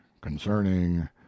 concerning